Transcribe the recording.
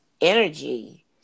energy